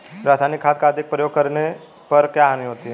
रासायनिक खाद का अधिक प्रयोग करने पर क्या हानि होती है?